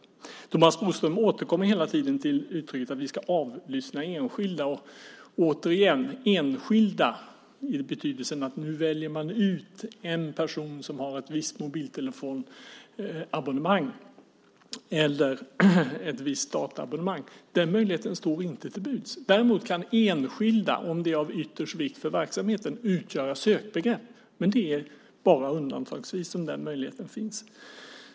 Thomas Bodström återkommer hela tiden till uttrycket att vi ska avlyssna enskilda. Återigen: Att välja ut enskilda, i betydelsen att man väljer ut en person som har ett visst mobiltelefonabonnemang eller ett visst dataabonnemang - den möjligheten står inte till buds. Däremot kan enskilda, om det är av yttersta vikt för verksamheten, utgöra sökbegrepp, men det är bara undantagsvis som den möjligheten finns.